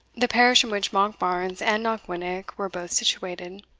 the parish in which monkbarns and knockwinnock were both situated.